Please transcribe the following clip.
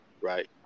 right